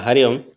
हरिः ओम्